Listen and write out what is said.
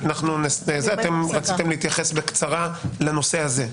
אתם רציתם להתייחס בקצרה לנושא הזה?